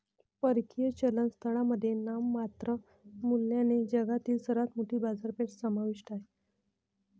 परकीय चलन स्थळांमध्ये नाममात्र मूल्याने जगातील सर्वात मोठी बाजारपेठ समाविष्ट आहे